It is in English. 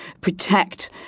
protect